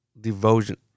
Devotion